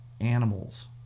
animals